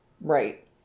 Right